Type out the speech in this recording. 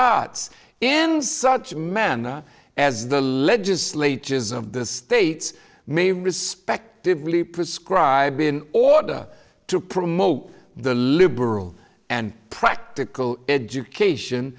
arts in such manner as the legislatures of the states may respectively prescribe in order to promote the liberal and practical education